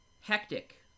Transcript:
Hectic